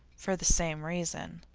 for the same reason.